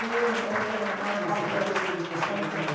ம் okay ma'am நாங்கள் பார்த்துக்குறோம் மேம் தேங்க்யூ மேம்